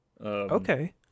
Okay